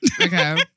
Okay